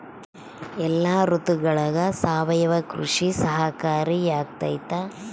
ಎಲ್ಲ ಋತುಗಳಗ ಸಾವಯವ ಕೃಷಿ ಸಹಕಾರಿಯಾಗಿರ್ತೈತಾ?